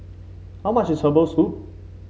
how much is Herbal Soup